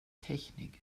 technik